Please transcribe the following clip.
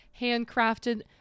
handcrafted